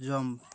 jump